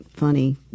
funny